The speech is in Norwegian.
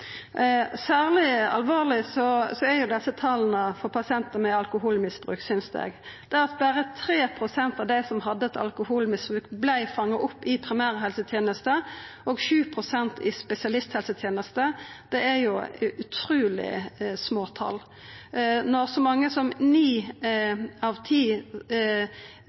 tala for pasientar med alkoholmisbruk, synest eg. Det at berre 3 pst. av dei som hadde eit alkoholmisbruk, vart fanga opp i primærhelsetenesta og 7 pst. i spesialisthelsetenesta, er utruleg små tal når det er så mange som ni av ti